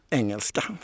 engelska